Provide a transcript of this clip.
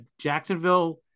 Jacksonville